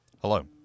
Hello